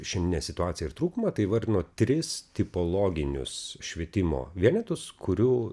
šiandieninę situaciją ir trūkumą tai įvardino tris tipologinius švietimo vienetus kurių